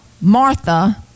Martha